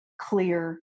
clear